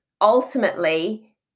ultimately